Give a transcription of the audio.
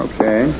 Okay